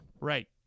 Right